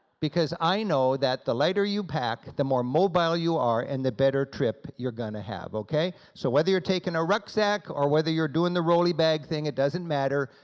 because i know that the lighter you pack, the more mobile you are, and the better trip you're gonna have, okay. so whether you're taking a rucksack, or whether you're doing the rolly bag thing, it doesn't matter,